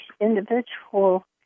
individual